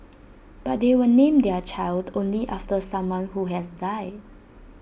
but they will name their child only after someone who has died